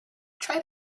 try